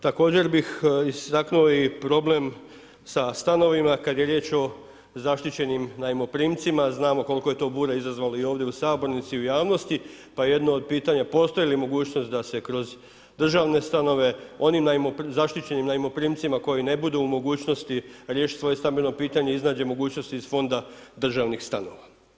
Također bih istaknuo i problem sa stanovima, kad je riječ o zaštićenim najmoprimcima, znamo koliko je to bura izazvalo i ovdje u sabornici i u javnosti pa jedno od pitanja, postoji li mogućnost da se kroz državne stanove onim zaštićenim najmoprimcima koji ne budu u mogućnosti riješiti svoje stambeno pitanje iznađe mogućnosti iz fonda državnih stanova?